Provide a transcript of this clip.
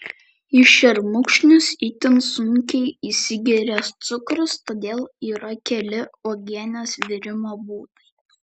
į šermukšnius itin sunkiai įsigeria cukrus todėl yra keli uogienės virimo būdai